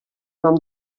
nom